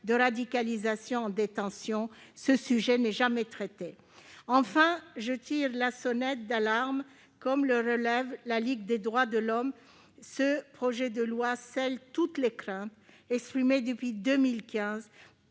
particulièrement en détention, ce sujet n'étant jamais traité. Enfin, je tire la sonnette d'alarme, avec la Ligue des droits de l'homme : ce projet de loi confirme toutes les craintes exprimées depuis 2015